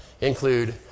include